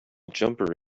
jumper